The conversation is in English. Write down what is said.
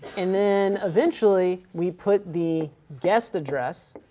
and then eventually we put the guest address